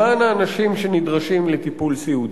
למען האנשים שנדרשים לטיפול סיעודי.